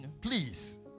please